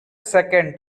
second